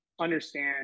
understand